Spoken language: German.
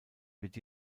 wird